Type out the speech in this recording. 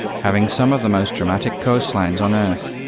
having some of the most dramatic coastlines on earth,